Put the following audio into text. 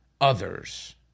others